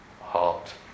heart